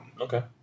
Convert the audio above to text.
Okay